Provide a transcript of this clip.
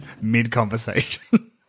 mid-conversation